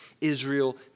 Israel